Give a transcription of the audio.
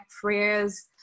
prayers